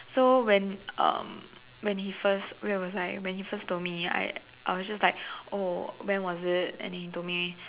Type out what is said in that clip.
so when um when he first where was I when he first told me I I was just like oh when was it and then he told me